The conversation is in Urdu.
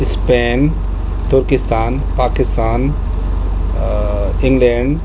Spain Turkestan Pakistan England